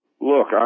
look